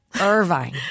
Irvine